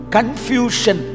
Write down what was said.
Confusion